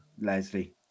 Leslie